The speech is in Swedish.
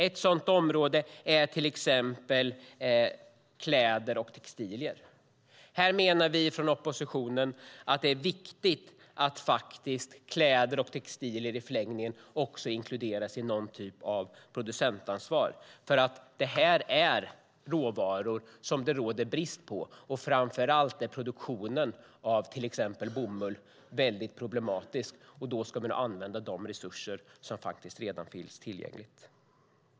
Ett sådant område är kläder och textilier. Vi från oppositionen menar att det är viktigt att kläder och textilier också inkluderas i någon typ av producentansvar. Här används råvaror som det råder brist på. Eftersom till exempel produktionen av bomull är problematisk ska man använda de resurser som redan finns tillgängliga.